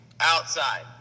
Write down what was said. Outside